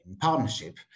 partnership